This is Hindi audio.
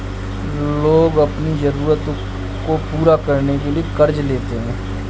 लोग अपनी ज़रूरतों को पूरा करने के लिए क़र्ज़ लेते है